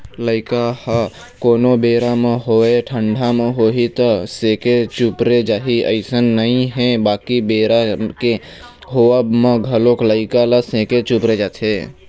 लइका ह कोनो बेरा म होवय ठंडा म होही त सेके चुपरे जाही अइसन नइ हे बाकी बेरा के होवब म घलोक लइका ल सेके चुपरे जाथे